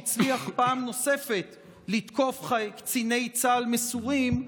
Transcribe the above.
שהצליח פעם נוספת לתקוף קציני צה"ל מסורים,